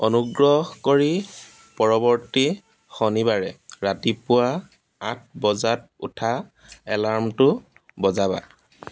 অনুগ্ৰহ কৰি পৰৱৰ্তী শনিবাৰে ৰাতিপুৱা আঠ বজাত উঠা এলাৰ্মটো বজাবা